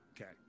Okay